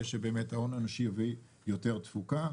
כדי שההון האנושי יביא ליותר תפוקה.